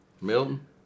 Milton